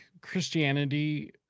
Christianity